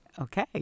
Okay